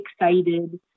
excited